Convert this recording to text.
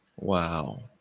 Wow